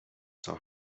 saw